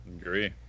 Agree